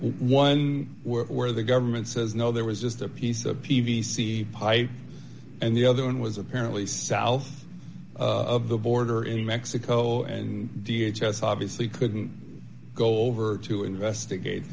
one where the government says no there was just a piece of p v c pipe and the other one was apparently south of the border in mexico and d h s obviously couldn't go over to investigate